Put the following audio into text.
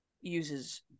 uses